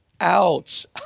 Ouch